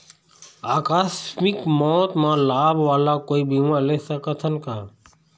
आकस मिक मौत म लाभ वाला कोई बीमा ले सकथन का?